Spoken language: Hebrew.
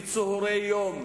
בצהרי יום,